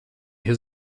his